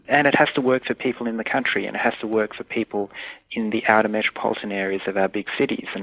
and it has to work for people in the country, and has to work for people in the outer metropolitan areas of our big cities, and